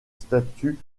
statut